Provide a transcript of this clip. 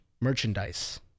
Merchandise